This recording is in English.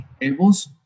tables